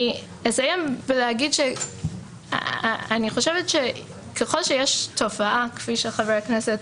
אני אסיים ואגיד שככל שיש תופעה כפי שחבר הכנסת